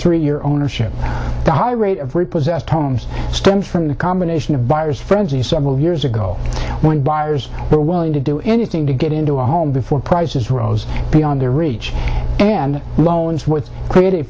three year ownership the high rate of repossessed homes stemmed from the combination of buyer's frenzy several years ago when buyers were willing to do anything to get into a home before prices rose beyond their reach and loans with creative